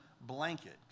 blanket